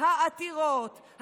העתירות,